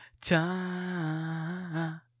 Time